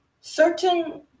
certain